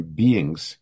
beings